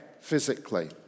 physically